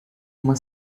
uma